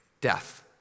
death